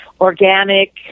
organic